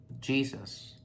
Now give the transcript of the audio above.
Jesus